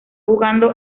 jugando